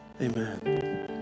amen